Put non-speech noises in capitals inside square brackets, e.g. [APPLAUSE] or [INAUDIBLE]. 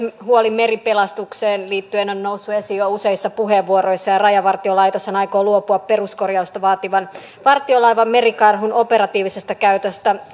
huoli meripelastukseen liittyen on noussut esiin jo useissa puheenvuoroissa ja rajavartiolaitoshan aikoo luopua peruskorjausta vaativan vartiolaiva merikarhun operatiivisesta käytöstä [UNINTELLIGIBLE]